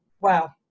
Wow